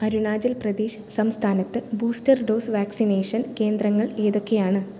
അരുണാചൽ പ്രദേശ് സംസ്ഥാനത്ത് booster dose vaccination കേന്ദ്രങ്ങൾ ഏതൊക്കെയാണ്